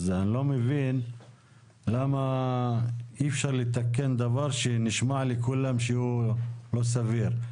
אז אני לא מבין למה אי אפשר לתקן דבר שנשמע לכולם שהוא לא סביר.